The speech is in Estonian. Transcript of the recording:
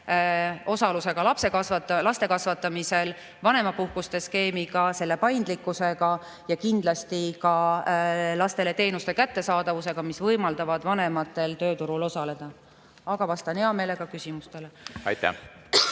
osalusega laste kasvatamisel, vanemapuhkuste skeemi paindlikkusega ja kindlasti ka teenuste kättesaadavusega, mis võimaldab vanematel tööturul osaleda. Aga vastan hea meelega küsimustele. Aitäh!